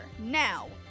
Now